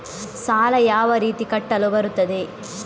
ಸಾಲ ಯಾವ ರೀತಿ ಕಟ್ಟಲು ಬರುತ್ತದೆ?